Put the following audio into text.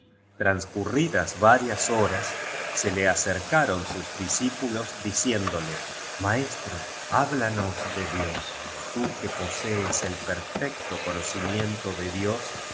transcurridas varias horas se le acercaron sus discípu biblioteca nacional de españa cosmófoli los diciéndole maestro habíanos de dios tu que posees el perfecto conocimiento de dios